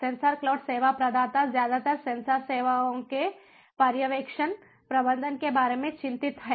sensor cloud सेवा प्रदाता ज्यादातर सेंसर सेवाओं के पर्यवेक्षण प्रबंधन के बारे में चिंतित है